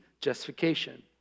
justification